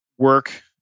Work